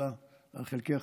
תודה על חלקך